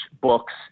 books